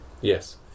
Yes